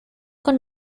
con